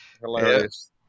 Hilarious